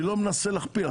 אני לא מנסה להכפיל.